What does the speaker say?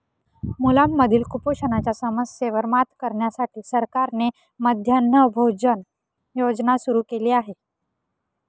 मुलांमधील कुपोषणाच्या समस्येवर मात करण्यासाठी सरकारने मध्यान्ह भोजन योजना सुरू केली आहे